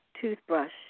toothbrush